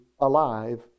alive